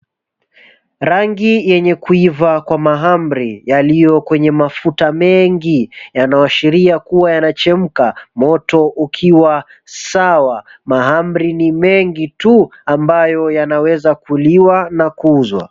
Rangi yenye kuiva kwa mahamri yaliyo kwenye mafuta mengi yanayoashiria kuwa yanachemka moto ukiwa sawa. Mahamri ni mengi tu ambayo yanaweza kuliwa na kuuzwa.